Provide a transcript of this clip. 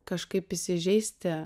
kažkaip įsižeisti